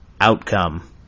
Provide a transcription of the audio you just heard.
outcome